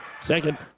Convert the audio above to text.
Second